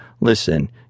Listen